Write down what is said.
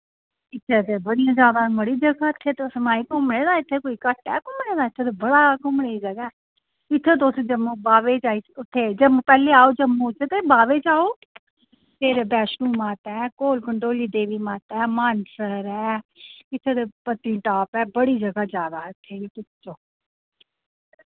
इत्थै ते बड़ियां जैदा न मड़ी जगह् इत्थै तुस आए घुम्मे दा इत्थै कोई घट्ट ऐ घुम्मने दा इत्थै ते बड़ा घुम्मने जगह् ऐ इत्थै तुस जम्मू बावे जाई उत्थै पैह्लें आओ जम्मू च ते बावे च आओ फिर वैशनो माता ऐ कोल कंढोली देवी माता ऐ मानसर ऐ इत्थै ते पत्नीटाप ऐ बड़ी जगह् जैदा इत्थै बी तुस जाओ